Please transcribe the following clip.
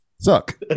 suck